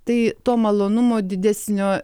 tai to malonumo didesnio